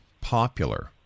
popular